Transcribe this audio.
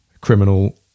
criminal